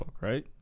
right